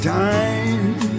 time